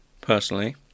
personally